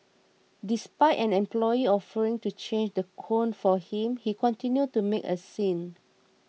despite an employee offering to change the cone for him he continued to make a scene